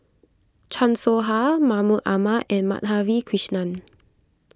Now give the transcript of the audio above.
Chan Soh Ha Mahmud Ahmad and Madhavi Krishnan